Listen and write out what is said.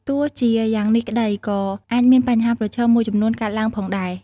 ទោះជាយ៉ាងនេះក្តី ក៏អាចមានបញ្ហាប្រឈមមួយចំនួនកើតឡើងផងដែរ។